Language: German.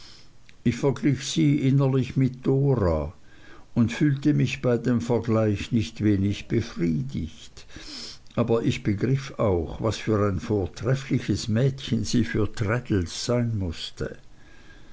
ich verglich sie innerlich mit dora und fühlte mich bei dem vergleich nicht wenig befriedigt aber ich begriff auch was für ein vortreffliches mädchen sie für traddles sein mußte